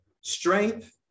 Strength